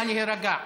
נא להירגע.